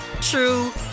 true